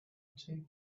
take